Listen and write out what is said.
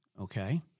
Okay